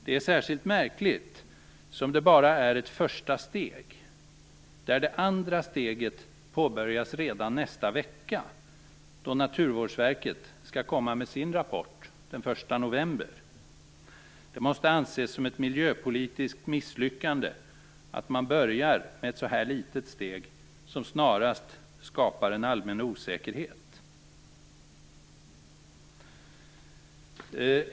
Det är särskilt märkligt som det bara är ett första steg, där det andra steget påbörjas redan nästa vecka, då Naturvårdsverket den 1 november skall lägga fram sin rapport. Det måste anses som ett miljöpolitiskt misslyckande att man börjar med ett så här litet steg, som snarast skapar en allmän osäkerhet.